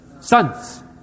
sons